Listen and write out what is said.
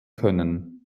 können